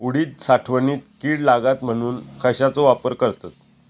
उडीद साठवणीत कीड लागात म्हणून कश्याचो वापर करतत?